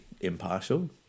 impartial